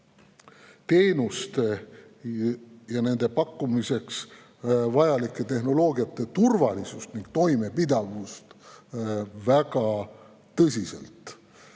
teenuste pakkumiseks vajalike tehnoloogiate turvalisust ning toimepidavust väga tõsiselt.